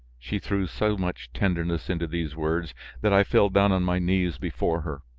she threw so much tenderness into these words that i fell down on my knees before her.